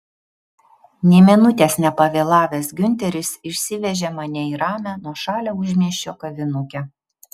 nė minutės nepavėlavęs giunteris išsivežė mane į ramią nuošalią užmiesčio kavinukę